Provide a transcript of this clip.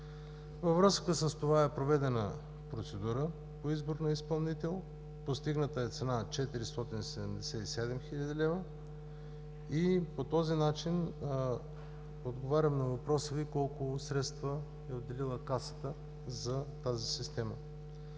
Във връзка с това е проведена процедура по избор на изпълнител. Постигната е цена 477 хил. лв. По този начин отговарям на въпроса Ви колко средства е отделила Касата за тази система.